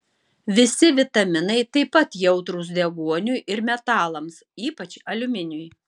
visi vitaminai taip pat jautrūs deguoniui ir metalams ypač aliuminiui